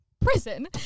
prison